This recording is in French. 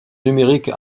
numérique